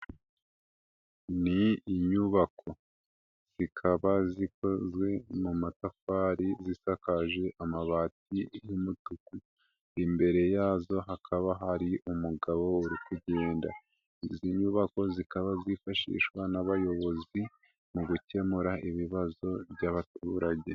Ni inyubako zikaba zikozwe mu matafari zisakaje amabati y'umutuku, imbere yazo hakaba hari umugabo uri kugenda, izi nyubako zikaba zifashishwa n'abayobozi mu gukemura ibibazo by'abaturage